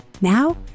Now